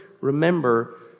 remember